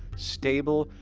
stable,